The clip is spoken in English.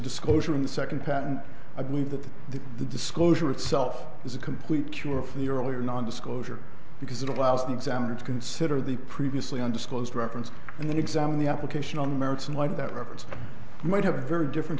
disclosure in the second patent i believe that the disclosure itself is a complete cure for the earlier non disclosure because it allows the examiner to consider the previously undisclosed reference and then examine the application on merits in light of that record might have a very different